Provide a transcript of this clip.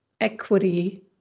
equity